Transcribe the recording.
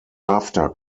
after